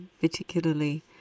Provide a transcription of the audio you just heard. particularly